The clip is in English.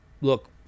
look